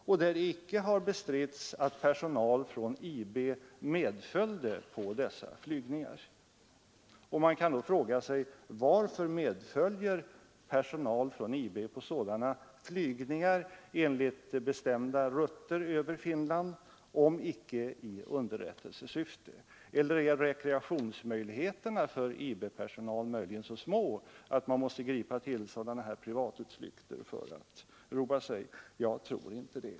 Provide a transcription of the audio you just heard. Det har icke bestritts att personal från IB medföljde på dessa flygningar. Man kan då fråga sig: Varför medföljer personal från IB på sådana flygningar enligt bestämda rutter över Finland, om icke i underrättelsesyfte? Eller är rekreationsmöjligheterna för IB-personalen möjligen så små att man måste tillgripa sådana här privatutflykter för att roa sig? Jag tror inte det.